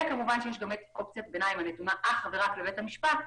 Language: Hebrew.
יש גם אופציית ביניים הנתונה אך ורק לבית המשפט,